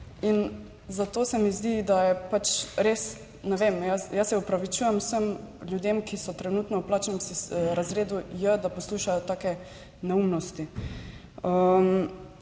Zato se mi zdi, da je res, ne vem... Jaz se opravičujem vsem ljudem, ki so trenutno v plačnem razredu J, da poslušajo take neumnosti.